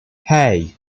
hey